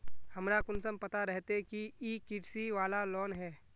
हमरा कुंसम पता रहते की इ कृषि वाला लोन है?